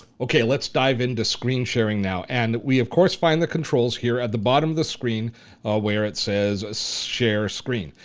okay, let's dive into screen sharing now. and we, of course, find the controls here at the bottom of the screen where it says so share screen.